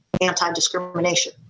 anti-discrimination